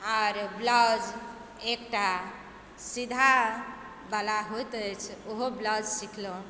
आओर ब्लाउज एकटा सीधा पल्ला होइत अछि ओहो ब्लाउज सीखलहुँ